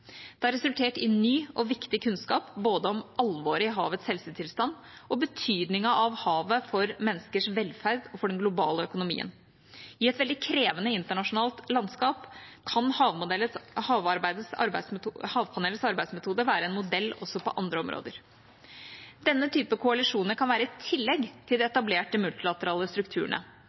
Det har resultert i ny og viktig kunnskap både om alvoret i havets helsetilstand og betydningen av havet for menneskers velferd og for den globale økonomien. I et krevende internasjonalt landskap kan Havpanelets arbeidsmetode være en modell også på andre områder. Denne typen koalisjoner kan være et tillegg til de etablerte multilaterale strukturene.